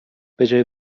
بجای